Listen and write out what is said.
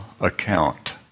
account